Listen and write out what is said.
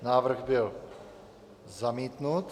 Návrh byl zamítnut.